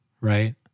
Right